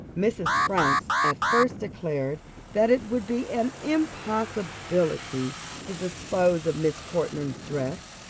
mrs. franks at first declared that it would be an impossibility to dispose of miss portman's dress,